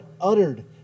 uttered